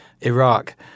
Iraq